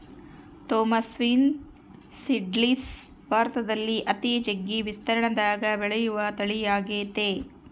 Thompson seedless ಭಾರತದಲ್ಲಿ ಅತಿ ಜಗ್ಗಿ ವಿಸ್ತೀರ್ಣದಗ ಬೆಳೆಯುವ ತಳಿಯಾಗೆತೆ